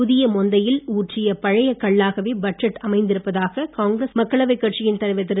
புதிய மொந்தையில் ஊற்றிய பழைய கள்ளாகவே பட்ஜெட் அமைந்திருப்பதாக காங்கிரஸ் மக்களவைக் கட்சியின் தலைவர் திரு